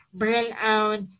burnout